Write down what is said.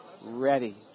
ready